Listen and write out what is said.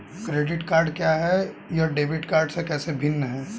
Credit card क्या है और यह डेबिट कार्ड से कैसे भिन्न है?